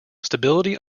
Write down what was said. stability